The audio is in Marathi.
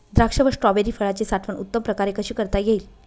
द्राक्ष व स्ट्रॉबेरी फळाची साठवण उत्तम प्रकारे कशी करता येईल?